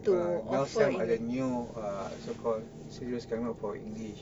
ah now SAM ada new uh so called syllabus come out for english